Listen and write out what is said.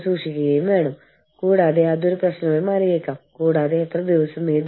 ഞാൻ നിങ്ങൾക്ക് ഉദാഹരണം നൽകിയിട്ടുണ്ടോ എന്ന് എനിക്കറിയില്ല